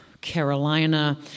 Carolina